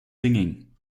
singing